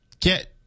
get